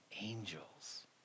angels